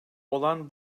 olan